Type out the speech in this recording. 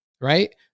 right